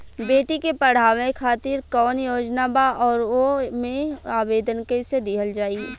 बेटी के पढ़ावें खातिर कौन योजना बा और ओ मे आवेदन कैसे दिहल जायी?